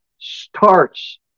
starts